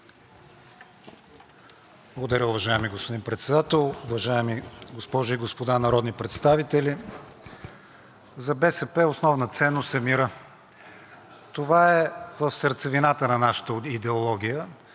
За БСП основна ценност е мирът. Това е в сърцевината на нашата идеология. (Оживление.) Разбирам подсмихванията. За партиите, които нямат идеология, те няма как да го разбират. Те се носят по вятъра.